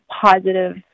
positive